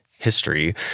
history